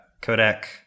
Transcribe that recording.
Kodak